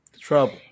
Trouble